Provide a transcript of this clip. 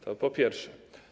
To po pierwsze.